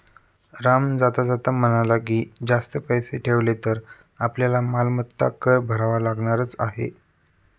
राम जाता जाता म्हणाला की, जास्त पैसे ठेवले तर आपल्याला मालमत्ता कर भरावा लागणारच आहे